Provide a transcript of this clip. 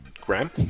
Graham